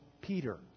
Peter